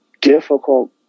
difficult